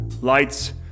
Lights